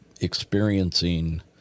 experiencing